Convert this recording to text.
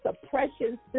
suppression